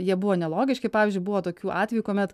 jie buvo nelogiški pavyzdžiui buvo tokių atvejų kuomet